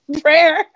prayer